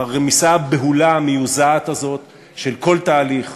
הרמיסה הבהולה המיוזעת הזאת של כל תהליך,